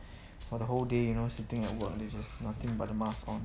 for the whole day you know sitting at work which is nothing but the mask on